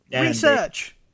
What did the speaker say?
Research